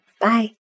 Bye